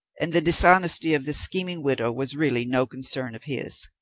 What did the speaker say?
and the dishonesty of this scheming widow was really no concern of his.